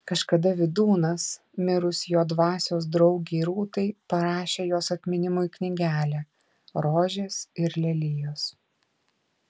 kažkada vydūnas mirus jo dvasios draugei rūtai parašė jos atminimui knygelę rožės ir lelijos